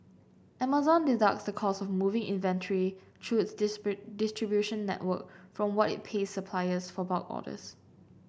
Amazon deducts the cost of moving inventory through its dispute distribution network from what it pays suppliers for bulk orders